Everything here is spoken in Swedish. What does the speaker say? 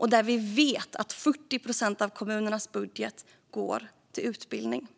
eftersom vi vet att 40 procent av kommunernas budget går till utbildning.